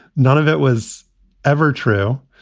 none of it was ever true.